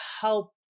help